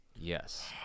Yes